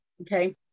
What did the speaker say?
Okay